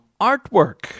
artwork